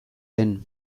den